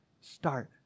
Start